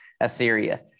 Assyria